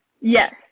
Yes